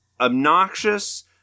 obnoxious